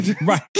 right